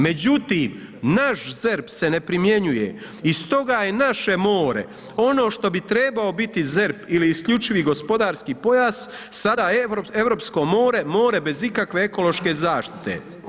Međutim, naš ZERP se ne primjenjuje i stoga je naše more ono što bi trebao biti ZERP ili isključivi gospodarski pojas sada europsko more, more bez ikakve ekološke zaštite.